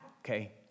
Okay